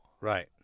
Right